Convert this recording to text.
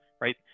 right